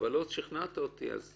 אבל לא שכנעת אותי, אבל